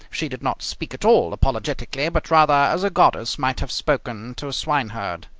she did not speak at all apologetically, but rather as a goddess might have spoken to a swineherd.